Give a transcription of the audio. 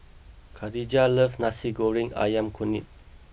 Kadijah loves Nasi Goreng Ayam Kunyit